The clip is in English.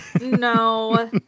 No